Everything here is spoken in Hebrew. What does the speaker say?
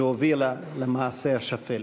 שהובילה למעשה השפל.